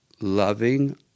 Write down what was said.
loving